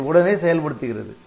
அதை உடனே செயல்படுத்துகிறது